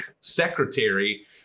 secretary